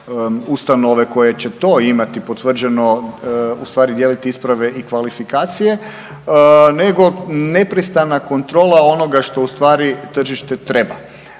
ustanove koje će to imati potvrđeno ustvari dijeliti isprave i kvalifikacije nego neprestana kontrola onoga što tržište treba